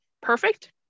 perfect